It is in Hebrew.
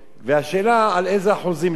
והשאלה היא על איזה אחוזים מדברים,